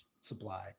supply